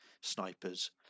snipers